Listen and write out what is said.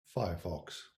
firefox